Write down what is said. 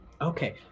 Okay